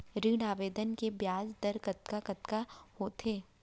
ऋण आवेदन के ब्याज दर कतका कतका होथे?